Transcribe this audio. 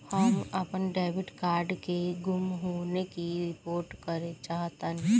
हम अपन debit card के गुम होने की रिपोर्ट करे चाहतानी